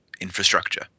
infrastructure